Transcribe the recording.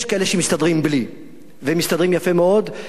יש כאלה שמסתדרים בלי ומסתדרים יפה מאוד.